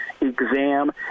exam